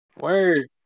Word